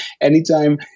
anytime